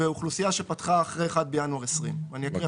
ואוכלוסייה שפתחה אחרי 1 בינואר 2020. אתה נמצא